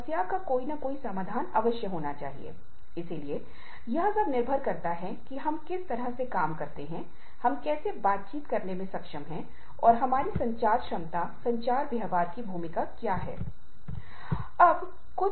वे शाम 7 बजे से 6 बजे के इस स्लॉट के दौरान काम नहीं करेंगे यह गलत है यह शाम 7 बजे से सुबह 6 बजे तक है